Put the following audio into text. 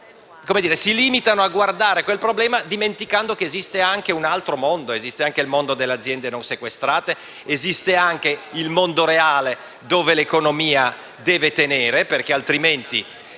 si limitano a guardare il problema, dimenticando che esiste anche un altro mondo, il mondo delle aziende non sequestrate, il mondo reale dove l'economia deve tenere altrimenti